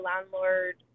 landlord